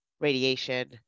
radiation